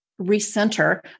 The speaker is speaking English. recenter